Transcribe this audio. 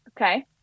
Okay